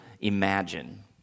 imagine